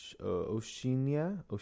oceania